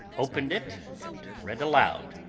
opened it and read aloud.